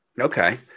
Okay